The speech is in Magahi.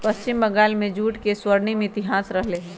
पश्चिम बंगाल में जूट के स्वर्णिम इतिहास रहले है